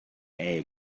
egg